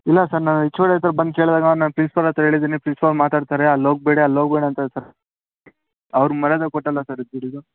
ಇಲ್ಲ ಸರ್ ನಾವು H O D ಹತ್ರ ಬಂದು ಕೇಳಿದಾಗ ನಾನು ಪ್ರಿನ್ಸಿಪಾಲ್ ಹತ್ರ ಹೇಳಿದೀನಿ ಪ್ರಿನ್ಸಿಪಾಲ್ ಮಾತಾಡ್ತಾರೆ ಅಲ್ಲಿ ಹೋಗ್ಬೇಡಿ ಅಲ್ಲಿ ಹೋಗ್ಬೇಡಿ ಅಂತಾರೆ ಸರ್ ಅವ್ರ್ಗೆ ಮರ್ಯಾದೆ ಕೊಟ್ಟು ಅಲ್ಲವಾ ಸರ್